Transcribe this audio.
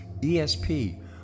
ESP